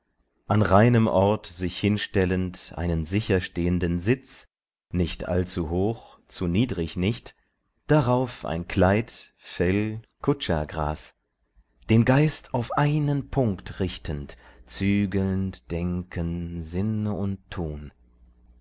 an reinem ort sich hinstellend einen sicher stehenden sitz nicht allzu hoch zu niedrig nicht darauf ein kleid fell kua gras den geist auf einen punkt richtend zügelnd denken sinne und tun